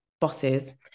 bosses